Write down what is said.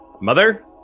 mother